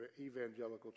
Evangelical